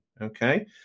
Okay